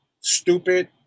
stupid